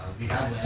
we have